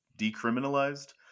decriminalized